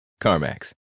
CarMax